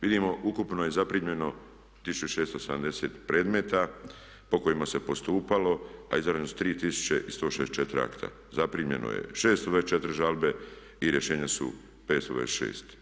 Vidimo ukupno je zaprimljeno 1670 predmeta po kojima se postupalo a izrađenost 3164 akta, zaprimljeno je 624 žalbe i rješenja su 526.